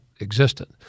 existent